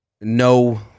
No